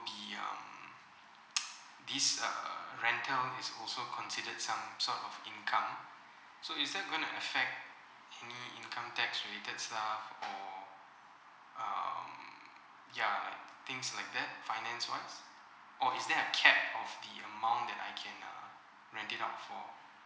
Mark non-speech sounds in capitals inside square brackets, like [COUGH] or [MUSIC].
be um [NOISE] this err rental is also considered some sort of income so is that going to affect any income tax related stuff or um ya things like that finance wise or is there a cap of the amount that I can uh rent it out for